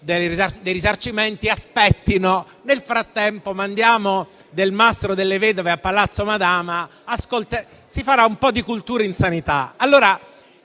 dei risarcimenti, che aspettino; nel frattempo mandiamo Delmastro Delle Vedove a Palazzo Madama e si farà un po' di cultura in sanità.